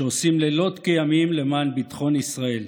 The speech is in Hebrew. שעושים לילות כימים למען ביטחון ישראל.